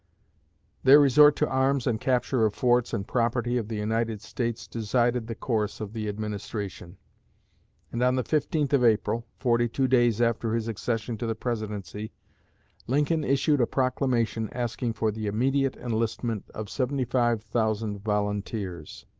their resort to arms and capture of forts and property of the united states decided the course of the administration and on the fifteenth of april forty-two days after his accession to the presidency lincoln issued a proclamation asking for the immediate enlistment of seventy five thousand volunteers,